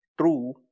true